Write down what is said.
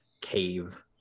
cave